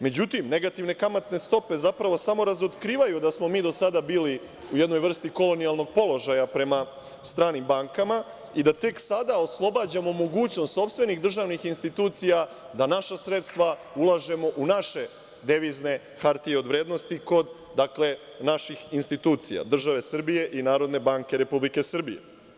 Međutim, negativne kamatne stope zapravo samo razotkrivaju da smo mi do sada bili u jednoj vrsti kolonijalnog položaja prema stranim bankama i da tek sada oslobađamo mogućnost sopstvenih državnih institucija da naša sredstva ulažemo u naše devizne hartije od vrednosti kod naših institucija, države Srbije i Narodne banke Republike Srbije.